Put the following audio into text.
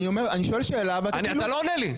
אתה לא עונה לי.